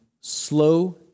slow